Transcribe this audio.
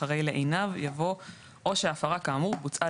אחרי "לעיניו" יבוא "או שההפרה כאמור בוצעה